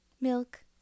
milk